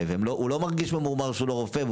והם לא מרגישים ממורמרים שהם לא רופאים.